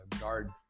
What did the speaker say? guard